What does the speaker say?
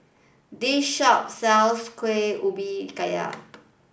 this shop sells Kueh Ubi Kayu